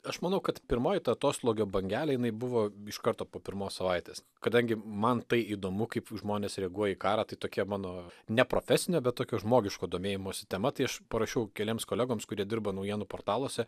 aš manau kad pirmoji ta atoslūgio bangelė jinai buvo iš karto po pirmos savaitės kadangi man tai įdomu kaip žmonės reaguoja į karą tai tokie mano ne profesinio bet tokio žmogiško domėjimosi tema tai aš parašiau keliems kolegoms kurie dirba naujienų portaluose